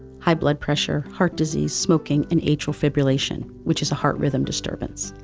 high blood pressure, heart disease, smoking and atrial fibrillation, which is a heart rhythm disturbance.